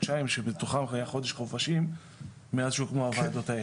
חודשיים שבתוכם היה חודש חופשים מאז שהוקמו הוועדות האלה.